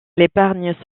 l’épargne